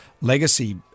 legacy